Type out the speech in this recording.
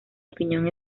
opinión